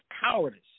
cowardice